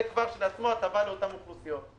זה כבר מתן הטבה לאותן אוכלוסיות.